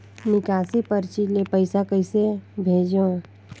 निकासी परची ले पईसा कइसे भेजों?